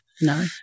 No